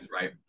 Right